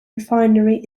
refinery